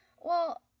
Well-